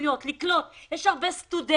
אפשרויות לקלוט אנשים יש הרבה סטודנטים,